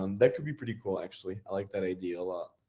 um that could be pretty cool actually, i like that idea a lot.